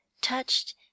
touched